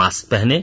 mask पहनें